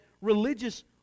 religious